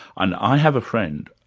and i have a friend,